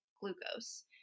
glucose